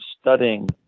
studying